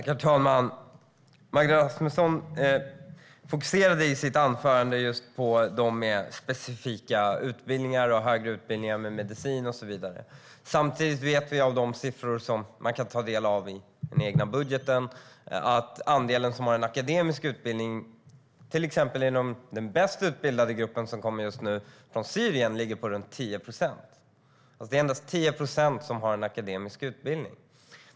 Herr talman! Magda Rasmusson fokuserade i sitt anförande på dem med högre utbildningar inom medicin och så vidare. Samtidigt vet vi av de siffror som man kan ta del av i den egna budgeten att andelen som har en akademisk utbildning, till exempel i den bäst utbildade gruppen som kommer just nu, från Syrien, ligger på runt 10 procent. Det är endast 10 procent som har en akademisk utbildning.